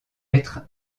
être